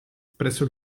presso